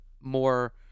more